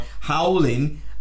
howling